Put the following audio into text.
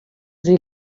sie